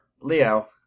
Leo